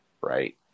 right